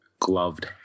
Gloved